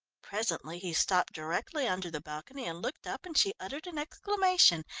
presently he stopped directly under the balcony and looked up and she uttered an exclamation,